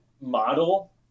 model